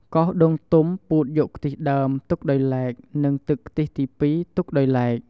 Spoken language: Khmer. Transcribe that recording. កោសដូងទុំពូតយកខ្ទិះដើមទុកដោយឡែក និងទឹកខ្ទិះទី២ ទុកដោយឡែក។